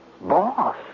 Boss